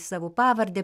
savo pavardę